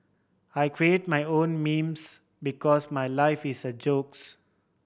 I create my own memes because my life is a jokes